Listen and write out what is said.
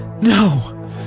no